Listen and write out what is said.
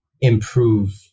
improve